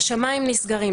שהשמיים נסגרים.